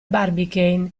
barbicane